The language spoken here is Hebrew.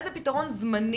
איזה פתרון זמני,